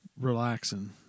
relaxing